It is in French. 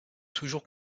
toujours